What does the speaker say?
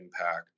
impact